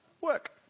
Work